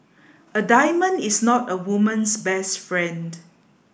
a diamond is not a woman's best friend